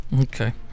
Okay